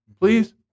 Please